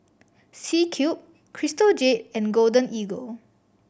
C Cube Crystal Jade and Golden Eagle